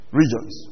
regions